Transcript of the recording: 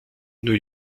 new